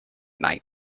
night